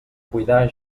cuidar